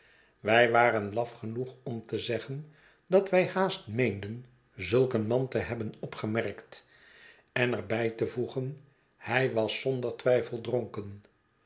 wij waren laf genoeg om te zeggen dat wij haast meenden zulk een man te hebben opgemerkt en er bij te voegen hij was zonder twijfel dronken